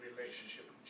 relationship